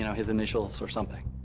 you know his initials or something.